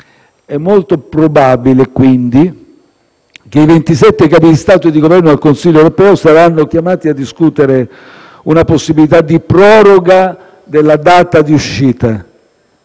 È molto probabile, quindi, che i 27 Capi di Stato e di Governo al Consiglio europeo saranno chiamati a discutere una possibilità di proroga della data di uscita.